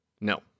no